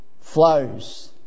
flows